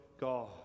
God